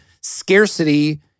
scarcity